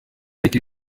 ibi